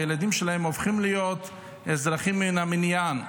הילדים שלהם הופכים להיות אזרחים מן המניין.